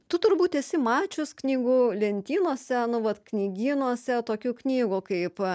tu turbūt esi mačius knygų lentynose nu vat knygynuose tokių knygų kaip